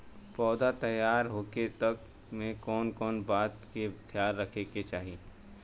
पौधा तैयार होखे तक मे कउन कउन बात के ख्याल रखे के चाही?